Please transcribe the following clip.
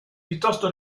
piuttosto